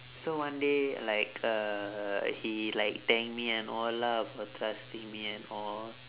so one day like uh he like thank me and all lah for trusting me and all